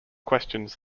questions